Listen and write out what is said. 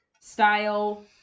style